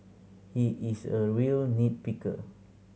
he is a real nit picker